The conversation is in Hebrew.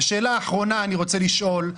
ושאלה אחרונה שאני רוצה לשאול,